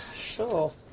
sure.